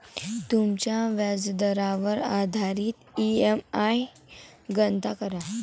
तुमच्या व्याजदरावर आधारित ई.एम.आई गणना करा